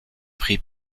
pris